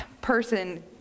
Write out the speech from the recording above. person